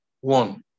one